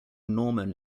norman